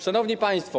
Szanowni Państwo!